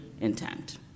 intent